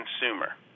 consumer